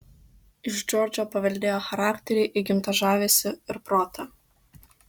iš džordžo paveldėjo charakterį įgimtą žavesį ir protą